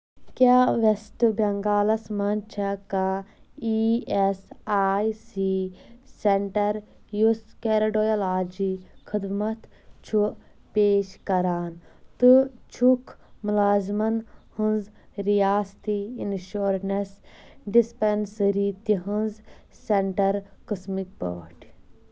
کیٛاہ ویسٹ بنٛگال مَنٛز چھا کانٛہہ E S I C centre یُس کیرَڈِیالجی خدمت چھُ پیش کران تہٕ چھُکھ مُلازِمن ہِنٛز رِیاستی اِنشورنس ڈِسپیٚنٛسرٛی تِہنٛز سینٹر قٕسمٕکۍ پٲٹھۍ